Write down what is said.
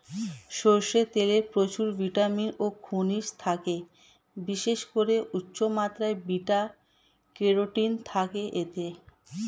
সরষের তেলে প্রচুর ভিটামিন ও খনিজ থাকে, বিশেষ করে উচ্চমাত্রার বিটা ক্যারোটিন থাকে এতে